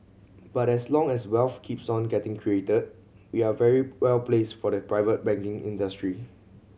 but as long as wealth keeps on getting created we are very well placed for the private banking industry